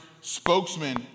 spokesman